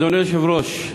אדוני היושב-ראש,